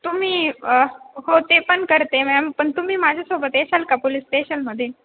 तुम्ही हो ते पण करते मॅम पण तुम्ही माझ्यासोबत येशाल का पोलिस स्टेशनमध्ये